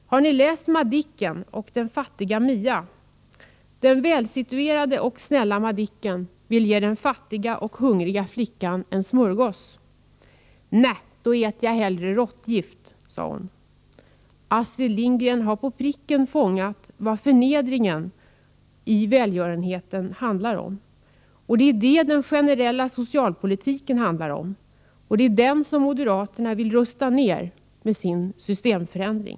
Har ni läst Madicken och den fattiga Mia? Den välsituerade och snälla Madicken vill ge den fattiga och hungriga Mia en smörgås. ”Nä! Då äter jag hällre råttgift”, sade hon. Astrid Lindgren har på pricken fångat vad förnedringen i välgörenheten handlar om. Det är det den generella socialpolitiken handlar om. Och det är den som moderaterna vill rusta ner med sin systemförändring.